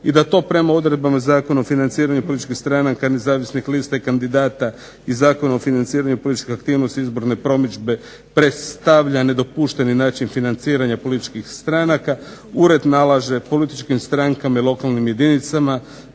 i da to prema odredbama Zakona o financiranju političkih stranaka, nezavisnih lista i kandidata i Zakona o financiranju političke aktivnosti, izborne promidžbe predstavlja nedopušteni način financiranja političkih stranaka. Ured nalaže političkim strankama i lokalnim jedinicama